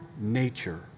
nature